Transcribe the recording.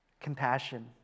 Compassion